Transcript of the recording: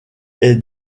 est